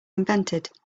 invented